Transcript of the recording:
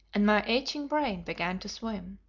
and my aching brain began to swim.